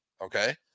Okay